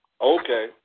Okay